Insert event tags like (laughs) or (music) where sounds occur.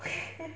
(laughs)